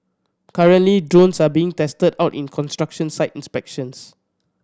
currently drones are being tested out in construction site inspections